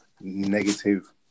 negative